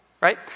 right